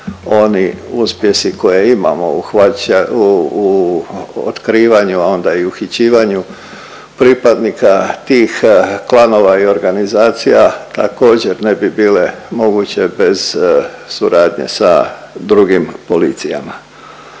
oni uspjesi koje imamo u hvaća… u otkrivanju, a onda i uhićivanju pripadnika tih klanova i organizacija također ne bi bile moguće bez suradnje sa drugim policijama.